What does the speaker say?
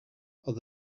are